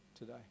today